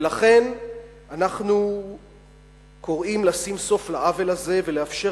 ולכן אנחנו קוראים לשים סוף לעוול הזה ולאפשר